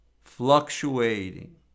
Fluctuating